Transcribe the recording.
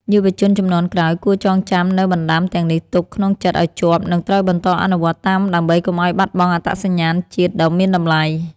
យុវជនជំនាន់ក្រោយគួរចងចាំនូវបណ្តាំទាំងនេះទុកក្នុងចិត្តឱ្យជាប់ និង ត្រូវបន្តអនុវត្តតាមដើម្បីកុំឱ្យបាត់បង់អត្តសញ្ញាណជាតិដ៏មានតម្លៃ។